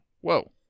Whoa